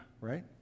right